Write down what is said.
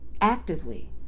actively